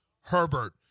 Herbert